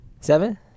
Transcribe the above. Seven